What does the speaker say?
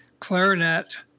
Clarinet